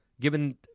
given